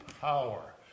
power